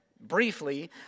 briefly